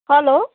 hello